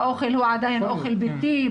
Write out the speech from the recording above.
האוכל הוא עדיין אוכל ביתי,